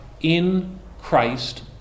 in-Christ